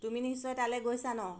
তুমি নিশ্চয় তালৈ গৈছা ন